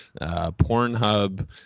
Pornhub